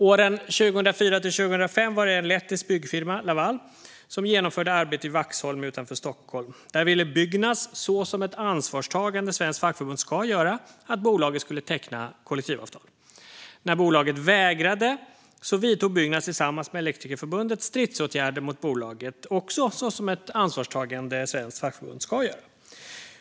Åren 2004-2005 genomförde en lettisk byggfirma, Laval, arbete i Vaxholm utanför Stockholm. Där ville Byggnads, så som ett ansvarstagande svenskt fackförbund ska göra, att bolaget skulle teckna kollektivavtal. När bolaget vägrade vidtog Byggnads tillsammans med Elektrikerförbundet stridsåtgärder mot bolaget - också detta så som ett ansvarstagande svenskt fackförbund ska göra.